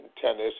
tennis